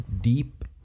deep